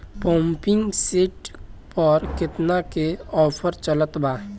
Pumping set पर केतना के ऑफर चलत बा?